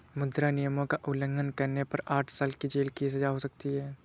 मुद्रा नियमों का उल्लंघन करने पर आठ साल की जेल की सजा हो सकती हैं